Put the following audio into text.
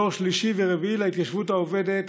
דור שלישי ורביעי להתיישבות העובדת,